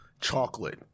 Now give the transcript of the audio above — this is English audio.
chocolate